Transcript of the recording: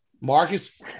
Marcus